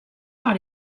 par